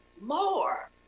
more